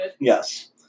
Yes